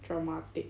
dramatic